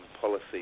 policy